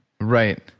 Right